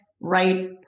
right